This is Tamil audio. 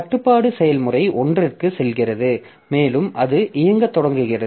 கட்டுப்பாடு செயல்முறை 1ற்கு செல்கிறது மேலும் அது இயங்கத் தொடங்குகிறது